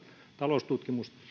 ta loustutkimus